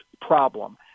problem